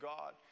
God